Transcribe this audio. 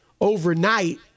overnight